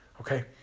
okay